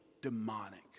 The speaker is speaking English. demonic